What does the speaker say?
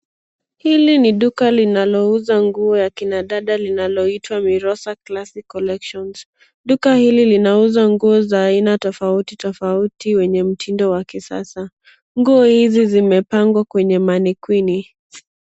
Hili ni duka linalouza nguo ya kina dada linaloitwa, mirosa classic collections. Duka hili linauza nguo za tofauti tofauti wenye mtindo wa kisasa. Nguo hizi zimepangwa kwenye manequinn .